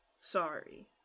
sorry